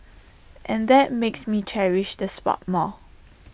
and that makes me cherish the spot more